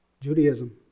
Judaism